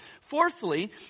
Fourthly